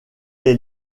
les